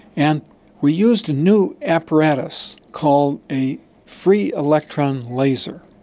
and we used a new apparatus called a free electron laser.